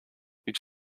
you